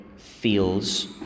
feels